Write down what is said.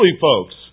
folks